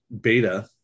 beta